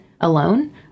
alone